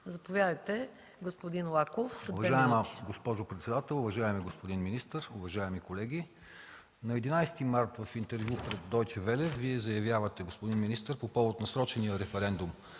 Заповядайте, господин Сидеров – две минути